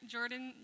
Jordan